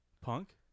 Punk